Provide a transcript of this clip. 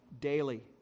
daily